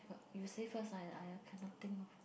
you say first I I I cannot think of